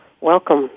Welcome